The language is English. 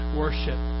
worship